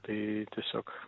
tai tiesiog